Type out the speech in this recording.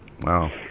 Wow